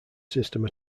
system